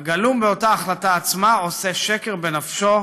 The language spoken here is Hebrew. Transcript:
הגלום באותה החלטה עצמה עושה שקר בנפשו,